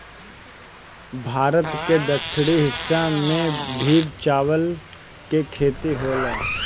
भारत के दक्षिणी हिस्सा में भी चावल के खेती होला